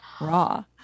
Raw